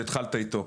שהתחלת איתו,